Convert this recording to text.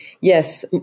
Yes